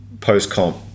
Post-comp